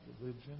religion